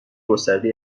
گسترده